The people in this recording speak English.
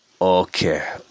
Okay